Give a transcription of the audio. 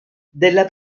della